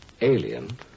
Alien